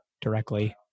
directly